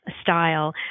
style